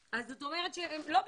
זה אומר שהם לא בפנים.